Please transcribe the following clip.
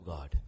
God